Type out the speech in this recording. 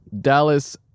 dallas